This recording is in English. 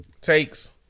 takes